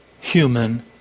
human